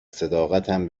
صداقتم